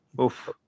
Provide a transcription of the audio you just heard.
Oof